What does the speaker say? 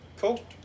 Cool